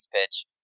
pitch